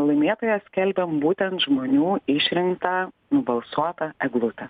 laimėtoja skelbiam būtent žmonių išrinktą nubalsuotą eglutę